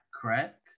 correct